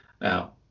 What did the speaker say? Now